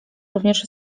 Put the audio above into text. również